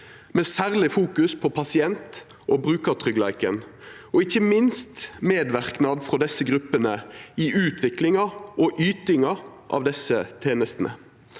med særleg fokus på pasient- og brukartryggleiken og ikkje minst medverknad frå desse gruppene i utviklinga og ytinga av desse tenestene.